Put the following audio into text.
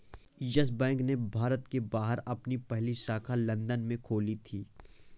yes Bank ने भारत के बाहर अपनी पहली शाखा लंदन में खोली थी